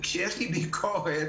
כשיש לי ביקורת,